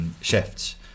Shifts